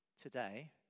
Today